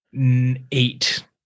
eight